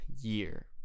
year